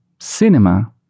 cinema